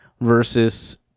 versus